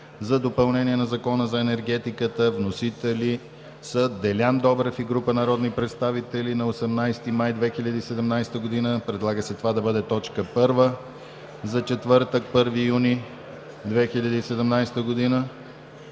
за допълнение на Закона за енергетиката. Вносители са Делян Добрев и група народни представители на 18 май 2017 г. Предлага се това да бъде първа точка за четвъртък, 1 юни 2017 г.